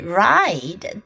ride